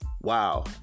wow